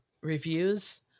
reviews